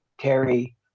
Terry